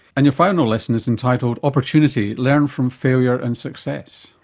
and your final lesson is entitled opportunity learn from failure and success.